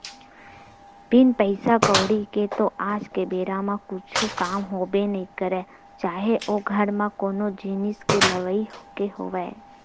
बिन पइसा कउड़ी के तो आज के बेरा म कुछु काम होबे नइ करय चाहे ओ घर म कोनो जिनिस के लेवई के होवय